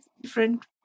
different